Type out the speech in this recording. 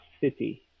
city